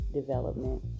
development